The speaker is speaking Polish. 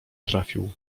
trafił